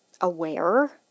aware